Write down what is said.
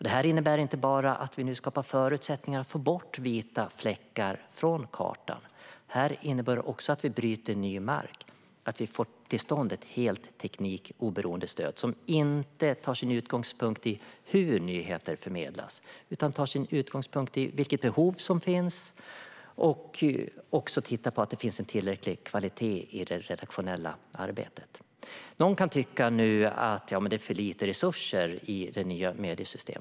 Detta innebär inte bara att vi nu skapar förutsättningar för att få bort vita fläckar från kartan; det innebär också att vi bryter ny mark och får till stånd ett helt teknikoberoende stöd som inte tar sin utgångspunkt i hur nyheter förmedlas utan i vilket behov som finns, och som även tittar på att det finns tillräcklig kvalitet i det redaktionella arbetet. Någon kan tycka att det finns för lite resurser i det nya mediesystemet.